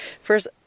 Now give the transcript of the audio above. first